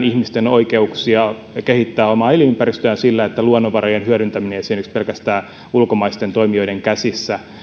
ihmisten oikeuksia kehittää omaa elinympäristöään ei tulla kohtuuttomasti viemään sillä että esimerkiksi luonnonvarojen hyödyntäminen on pelkästään ulkomaisten toimijoiden käsissä